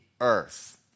earth